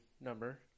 number